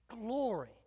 glory